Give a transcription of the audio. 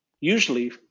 usually